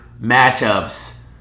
matchups